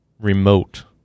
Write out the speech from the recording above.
remote